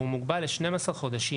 והוא מוגבל ל-12 חודשים.